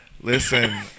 Listen